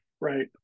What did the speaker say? Right